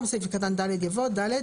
- הפרות המנויות בחלק ב' לתוספת שנייה ב',